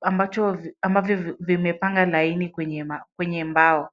ambacho ambavyo vimepanga laini kwenye kwenye mbao.